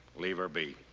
leave her be.